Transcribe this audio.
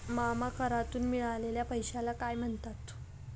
मामा करातून मिळालेल्या पैशाला काय म्हणतात?